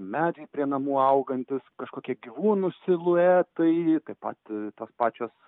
medžiai prie namų augantys kažkokie gyvūnų siluetai taip pat tos pačios